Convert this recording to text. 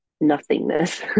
nothingness